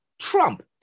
Trump